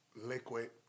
liquid